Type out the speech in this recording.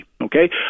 okay